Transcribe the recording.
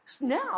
Now